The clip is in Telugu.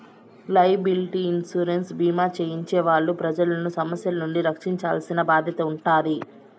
లైయబిలిటీ ఇన్సురెన్స్ భీమా చేయించే వాళ్ళు ప్రజలను సమస్యల నుండి రక్షించాల్సిన బాధ్యత ఉంటాది